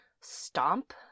stomp